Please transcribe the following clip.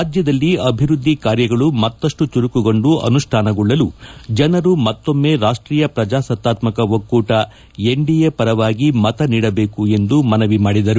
ರಾಜ್ಯದಲ್ಲಿ ಅಭಿವೃದ್ಲಿ ಕಾರ್ಯಗಳು ಮತ್ತಪ್ಲ ಚುರುಕುಗೊಂಡು ಅನುಷ್ಠಾನಗೊಳ್ಳಲು ಜನರು ಮತ್ತೊಮ್ನೆ ರಾಷ್ಲೀಯ ಪ್ರಜಾಸತ್ತಾತ್ತಕ ಒಕ್ಕೂಟ ಎನ್ಡಿಎ ಪರವಾಗಿ ಮತ ನೀಡಬೇಕು ಎಂದು ಮನವಿ ಮಾಡಿದರು